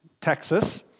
Texas